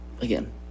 Again